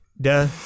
duh